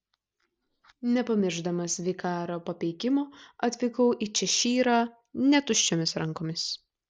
nepamiršdamas vikaro papeikimo atvykau į češyrą ne tuščiomis rankomis